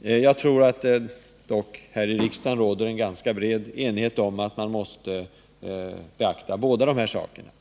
Jag tror dock att det här i kammaren råder ganska bred enighet om att man måste beakta båda dessa saker.